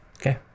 Okay